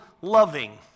loving